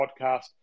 podcast